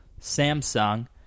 samsung